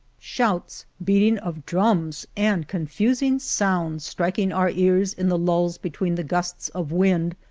shouts, beating of drums, and confusing sounds, striking our ears in the lulls between the gusts of wind,